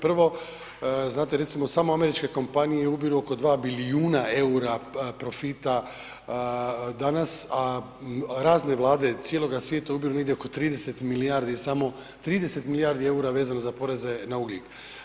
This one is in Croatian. Prvo, znate recimo samo američke kompanije ubiru oko 2 bilijuna EUR-a profita danas, a razne vlade cijeloga svijeta ubiru negdje oko 30 milijardi, samo 30 milijardi EUR-a vezano za poreze na ugljik.